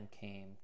came